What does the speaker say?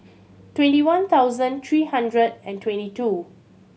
twenty one thousand three hundred and twenty two